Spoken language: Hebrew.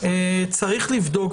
צריך לבדוק,